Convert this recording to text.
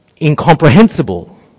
incomprehensible